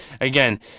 again